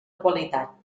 qualitat